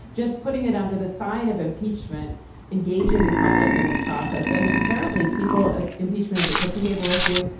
just putting it under the sign of impeachment engaging the public in this process and apparently people. ah impeachment is a kitchen table issue.